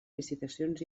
licitacions